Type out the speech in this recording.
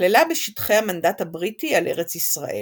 ונכללה בשטחי המנדט הבריטי על ארץ ישראל.